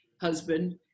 husband